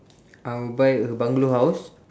I will buy a bungalow house